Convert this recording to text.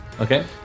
Okay